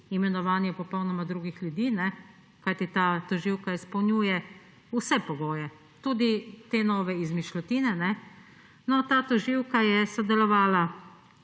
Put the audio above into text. imenovanje popolnoma drugih ljudi, kajti ta tožilka izpolnjuje vse pogoje, tudi te nove izmišljotine. No, ta tožilka je sodelovala